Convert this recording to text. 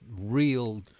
real